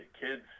kids